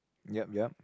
yep yep